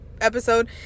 episode